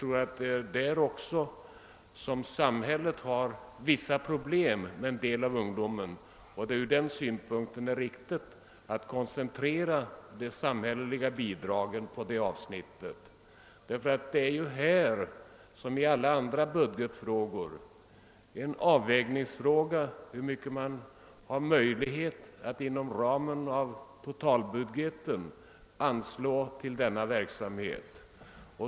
Eftersom samhället har vissa problem med en del av den ungdomen torde det vara riktigt att koncentrera de samhälleliga bidragen till det avsnittet. Här liksom i alla andra budgetfrågor gäller det en avvägning hur mycket man har möjlighet att inom ramen för totalbudgeten anslå till denna verksamhet.